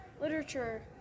Literature